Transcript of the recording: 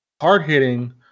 hard-hitting